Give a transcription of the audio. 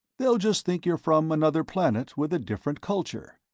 they'll just think you're from another planet with a different culture.